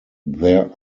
there